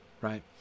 right